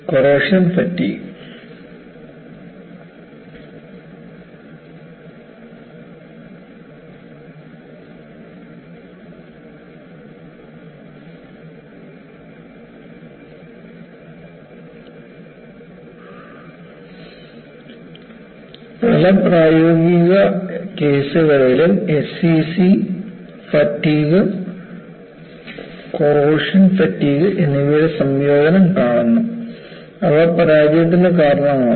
corrosion fatigue പല പ്രായോഗിക കേസുകളിലും എസ്സിസി ഫാറ്റിഗ് കൊറോഷൻ ഫാറ്റിഗ് എന്നിവയുടെ സംയോജനം കാണുന്നു അവ പരാജയത്തിന് കാരണമാകും